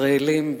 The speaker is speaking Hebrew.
ישראלים,